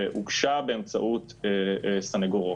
שהוגשה באמצעות סנגורו.